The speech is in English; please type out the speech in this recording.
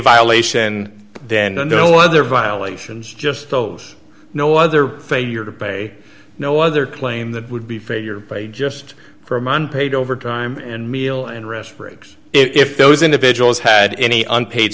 violation and then the other violations just those no other failure to pay no other claim that would be failure by just for a month paid overtime and meal and rest breaks if those individuals had any unpaid